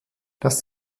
das